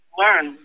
learn